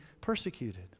persecuted